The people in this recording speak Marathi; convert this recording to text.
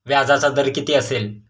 व्याजाचा दर किती असेल?